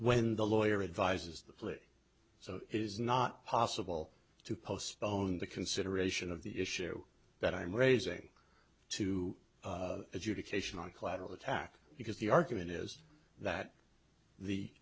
when the lawyer advises the police so it is not possible to postpone the consideration of the issue that i'm raising to education on collateral attack because the argument is that the